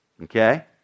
Okay